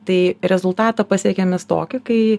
tai rezultatą pasiekėm mes tokį kai